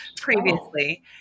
previously